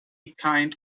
kind